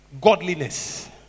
godliness